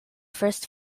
first